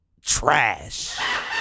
trash